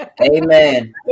Amen